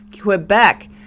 Quebec